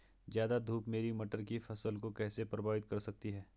ज़्यादा धूप मेरी मटर की फसल को कैसे प्रभावित कर सकती है?